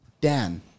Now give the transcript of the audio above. Dan